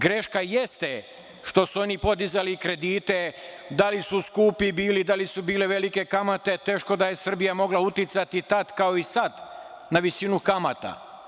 Greška jeste što su oni podizali kredite, a da li su bili skupi, da li su bile velike kamate, teško da je Srbija mogla uticati tada kao i sada na visinu kamata.